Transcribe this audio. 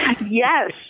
Yes